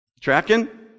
Tracking